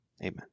amen